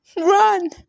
Run